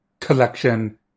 collection